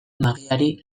magiari